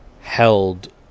held